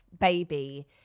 baby